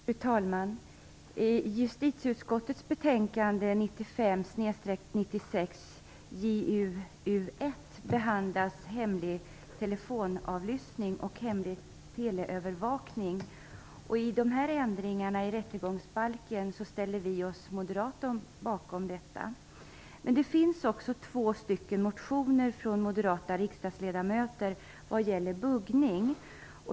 Fru talman! I justitieutskottets betänkande 1995/96:JuU1 behandlas hemlig telefonavlyssning och hemlig teleövervakning. Vi moderater ställer oss bakom dessa ändringar i rättegångsbalken. Men det finns också två motioner från moderata riksdagsledamöter vad gäller buggning.